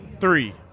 Three